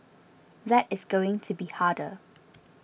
that is going to be harder